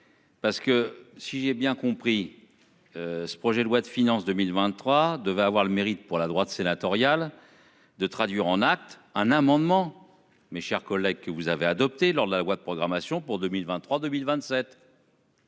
Parce que si j'ai bien compris. Ce projet de loi de finances 2023 devaient avoir le mérite pour la droite sénatoriale. De traduire en actes un amendement. Mes chers collègues, que vous avez adopté lors de la loi de programmation pour 2023 2027.--